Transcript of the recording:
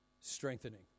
strengthening